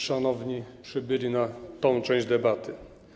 Szanowni przybyli na tę część debaty!